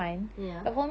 ya